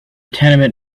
tenement